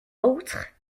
autres